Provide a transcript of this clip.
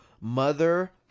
mother